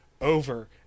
over